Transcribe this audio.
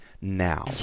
now